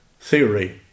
theory